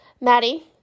Maddie